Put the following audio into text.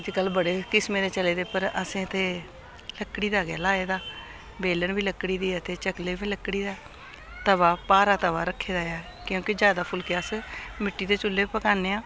अज्जकल बड़े किसमें दे चले दे पर असें ते लकड़ी दा गै लाए दा बेलन बी लकड़ी दी ऐ ते चकले बी लकड़ी दा ऐ तवा भारा तवा रक्खे दा ऐ क्योंकि ज्यादा फुलके अस मिट्टी दे चुल्ले बी पकाने आं